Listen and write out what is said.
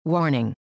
Warning